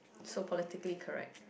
so politically correct